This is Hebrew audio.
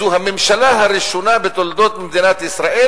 זו הממשלה הראשונה בתולדות מדינת ישראל,